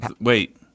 wait